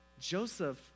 Joseph